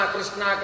Krishna